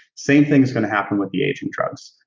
same thing's going to happen with the aging drugs.